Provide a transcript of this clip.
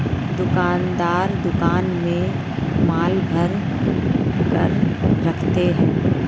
दुकानदार दुकान में माल भरकर रखते है